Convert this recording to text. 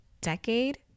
decade